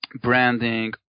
branding